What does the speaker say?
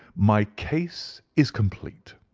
my case is complete.